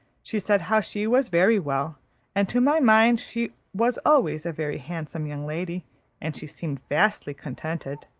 she said how she was very well and to my mind she was always a very handsome young lady and she seemed vastly contented.